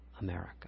America